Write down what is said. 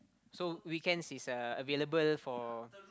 so weekends is uh available for